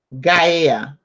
Gaia